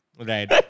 Right